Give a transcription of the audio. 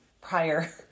prior